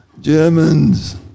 Germans